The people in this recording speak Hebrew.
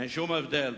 אין שום הבדל.